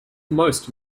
most